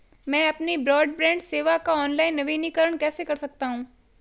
मैं अपनी ब्रॉडबैंड सेवा का ऑनलाइन नवीनीकरण कैसे कर सकता हूं?